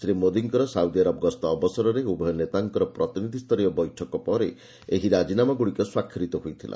ଶ୍ରୀ ମୋଦିଙ୍କର Saudi Arab ଗସ୍ତ ଅବସରରେ ଉଭୟ ନେତାଙ୍କର ପ୍ରତିନିଧିଷ୍ଠରୀୟ ବୈଠକ ପରେ ଏହି ରାଜିନାମାଗୁଡ଼ିକ ସ୍ୱାକ୍ଷରିତ ହୋଇଥିଲା